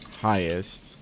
highest